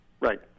Right